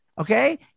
Okay